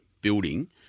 building